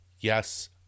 yes